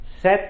Set